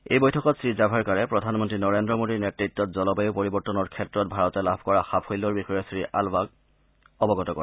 এই বৈঠকত শ্ৰীজাভড়েকাৰে প্ৰধানমন্ত্ৰী নৰেন্দ্ৰ মোদীৰ নেতৃত্ত জলবায়ু পৰিৱৰ্তনৰ ক্ষেত্ৰত ভাৰতে লাভ কৰা সাফল্যৰ বিষয়ে শ্ৰীআলবাক অৱগত কৰে